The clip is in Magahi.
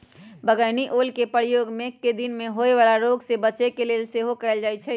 बइगनि ओलके प्रयोग मेघकें दिन में होय वला रोग से बच्चे के लेल सेहो कएल जाइ छइ